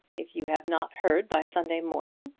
if you have not heard by sunday morning,